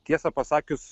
tiesą pasakius